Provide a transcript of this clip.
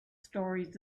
stories